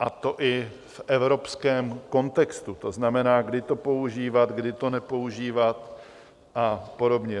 a to i v evropském kontextu, to znamená, kdy to používat, kdy to nepoužívat a podobně.